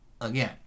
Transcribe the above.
again